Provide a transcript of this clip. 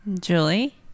Julie